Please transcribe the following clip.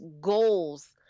goals